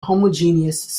homogeneous